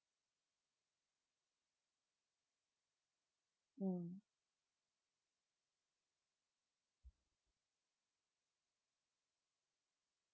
mm